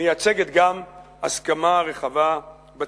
מייצגת גם הסכמה רחבה בציבור.